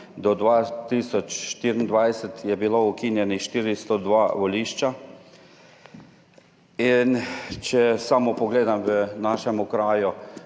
do 2024 je bilo ukinjenih 402 volišča. In če samo pogledam, v našem okraju